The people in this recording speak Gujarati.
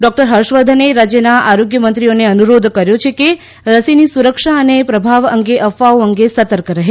ડોકટર હર્ષવર્ધને રાજ્યના આરોગ્ય મંત્રીઓને અનુરોધ કર્યો છે કે રસીની સુરક્ષા અને પ્રભાવ અંગે અફવાઓ અંગે સર્તક રહે